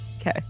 Okay